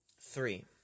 Three